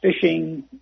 fishing